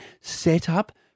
setup